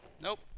Nope